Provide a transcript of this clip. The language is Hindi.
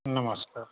नमस्कार